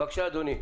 בבקשה אדוני.